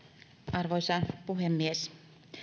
arvoisa puhemies